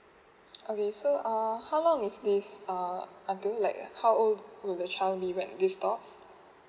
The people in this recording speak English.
okay so uh how long is this err until like how old will the child be when this stops